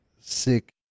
sick